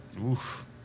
Oof